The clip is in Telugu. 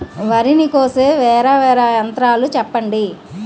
వరి ని కోసే వేరా వేరా యంత్రాలు చెప్పండి?